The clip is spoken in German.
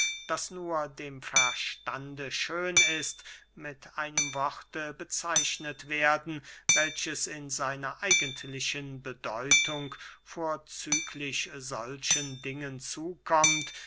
das nur dem verstande schön ist mit einem worte bezeichnet werden welches in seiner eigentlichen bedeutung vorzüglich solchen dingen zukommt